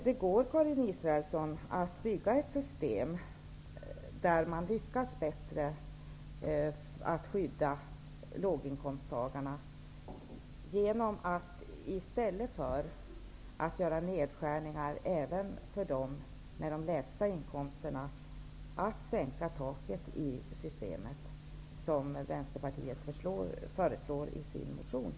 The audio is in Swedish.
Det går, Karin Israelsson, att bygga ett system som innebär att man bättre lyckas skydda låginkomsttagarna. I stället för att göra nedskärningar även för dem som har de lägsta inkomsterna kan man nämligen sänka taket i systemet, vilket vi i Vänsterpartiet föreslår i vår motion i detta sammanhang.